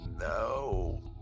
no